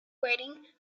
waiting